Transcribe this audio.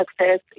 success